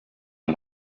der